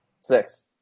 Six